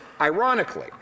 Ironically